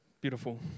beautiful